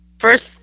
First